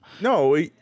No